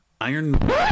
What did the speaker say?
Iron